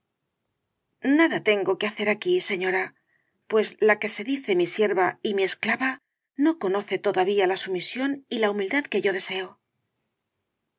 nada tengo que hacer aquí señora pues la que se dice mi sierva y mi esclava no conoce todavía la sumisión y la humildad que yo deseo